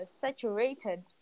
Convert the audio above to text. saturated